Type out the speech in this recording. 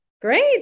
Great